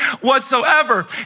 whatsoever